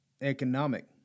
economic